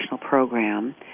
program